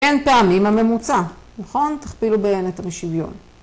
אין פעמים הממוצע, נכון? תכפילו בהן את המשוויון.